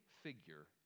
figure